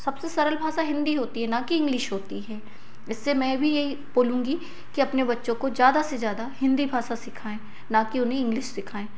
सबसे सरल भाषा हिंदी होती है ना कि इंग्लिश होती है इससे मैं भी यही बोलूँगी कि अपने बच्चों को ज़्यादा से ज़्यादा हिंदी भाषा सिखाएँ ना कि उन्हें इंग्लिश सिखाएँ